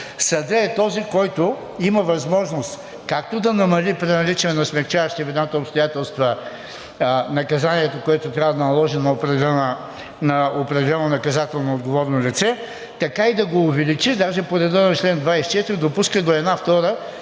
съдът е този, който има възможност както да намали при наличие на смекчаващи вината обстоятелства наказанието, което трябва да наложи на определено наказателно отговорно лице, така и да го увеличи, даже по реда на чл. 24 се допуска до една втора